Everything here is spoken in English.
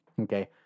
okay